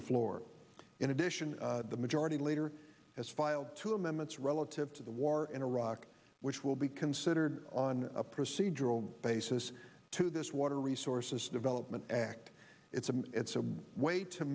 the floor in addition the majority leader has filed two amendments relative to the war in iraq which will be considered on a procedural basis to this water resources development act it's a it's a way to